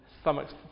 stomachs